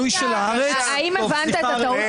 חקיקה של בית משפט ויגיד: עכשיו נתתם שבועיים